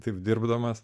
taip dirbdamas